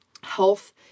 health